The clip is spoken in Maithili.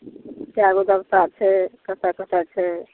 कै गो देबता छै कतऽ कतऽ छै